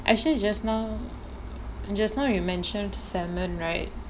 actually just now just now we mentioned salmon right